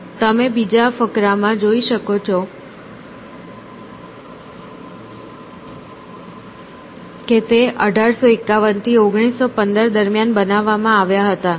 અને તમે બીજા ફકરામાં જોઈ શકો છો કે તે 1851 થી 1915 દરમિયાન બનાવવામાં આવ્યા હતા